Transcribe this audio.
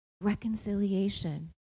reconciliation